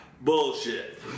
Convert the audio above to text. Bullshit